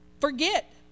Forget